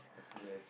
yes